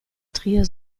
trier